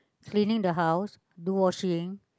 cleaning the house do washing